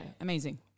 amazing